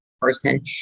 person